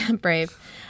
brave